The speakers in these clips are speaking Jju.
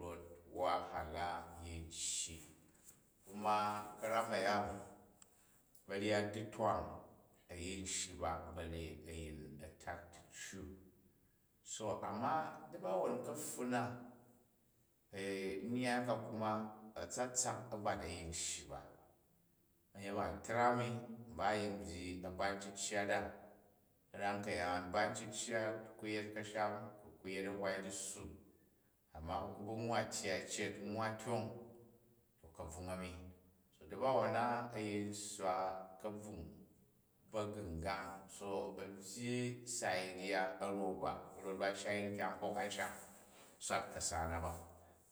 Rot wahala yin shyi kuma ka̱rom a̱ya ba̱nyat ditwang a̱ yin shyi ba bale a̱yin a̱ tat diccu. So amma dabawon kapfun na nyyai ka kuma, atsatsak abat a yin shyi ba, ba̱nyet ba a̱ tram ni mba a̱ yin byyi a̱bat cinjat a karam kayaan bat cicyat ku yet ka̱sham kʉ ku yet a̱hwai dissu amma ku̱ ku ba nuwa tyyai cet nnwa tyong, to kabvung a̱mi. So da̱bawon na a yin sswa ka̱bvung ba̱gu̱ngang so a byyi sai rya arau ba rot shai nkyang hok amsham swat ka̱sa na ba.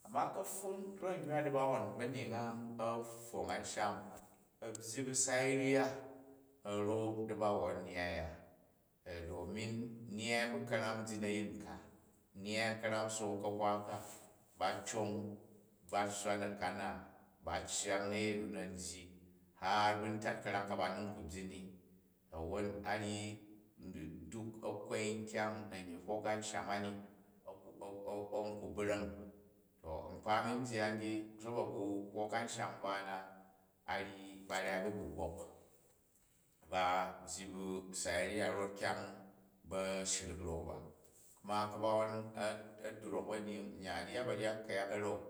Amma kapfun ryok di dabawa, ba̱nyying a a̱ pfong ansham a̱ byyi bu sai ray, a̱ ra̱u dabawon nyyai ya ee domin nyyai ba ka̱ram bnyin a̱yin ka, nyyai karam sook ka̱hwa ka, ba cong u̱ bat sswa na̱kam na, ba cyang ni a̱yin nu na̱ n dip har bu ntat ka̱ram ka ba ni n ku bying ni. Awowou a ryi duk a kwoi nkyang nannyyi hok amsham ani, a̱n ku brang. To nkpa a̱min byyi sa̱bo bu hok a̱msham mba na a nyi ba rai bagbugbok. Ba byyi ba sai rya rot kyang ba shrik ra̱n ba. Amina ka̱bawon a̱ drok ba̱nyyi a̱nyan a̱ryat ba̱ryat ku̱yak a̱ram